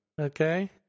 Okay